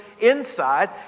inside